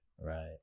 Right